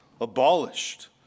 Abolished